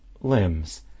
limbs